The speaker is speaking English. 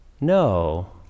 no